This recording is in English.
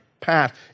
path